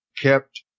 kept